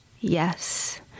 Yes